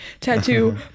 tattoo